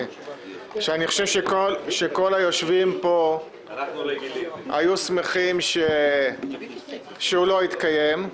זה יום שאני חושב שכל היושבים פה היו שמחים שהוא לא יתקיים.